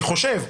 אני חושב.